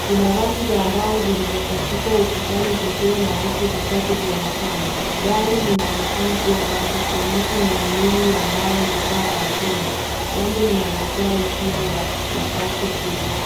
Kuna rafu za mbao zilizopachikwa ukutani zikiwa na vitu vichache vya mapambo, dari lina onekana kuwa wazi ikionyesha miimili ya mbao na paa la chuma, jambo linalo toa hisia za nafasi kubwa.